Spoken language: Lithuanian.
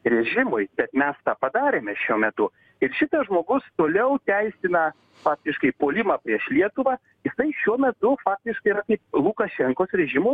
režimui bet mes tą padarėme šiuo metu ir šitas žmogus toliau teisina faktiškai puolimą prieš lietuvą jisai šiuo metu faktiškai yra kaip lukašenkos režimo